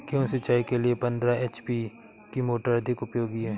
गेहूँ सिंचाई के लिए पंद्रह एच.पी की मोटर अधिक उपयोगी है?